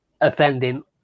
offending